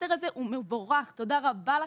הפלסטר הזה הוא מבורך, תודה רבה לכם.